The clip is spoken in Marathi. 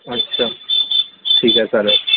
अच्छा ठीकए चालेल